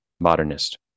modernist